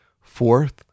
Fourth